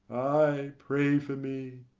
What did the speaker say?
ay, pray for me,